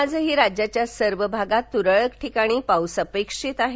आजही राज्याच्या सर्व भागात तुरळक ठिकाणी पाऊस अपेक्षित आहे